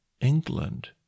England